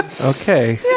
Okay